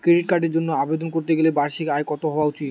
Credit কার্ডের জন্য আবেদন করতে গেলে বার্ষিক আয় কত হওয়া দরকার?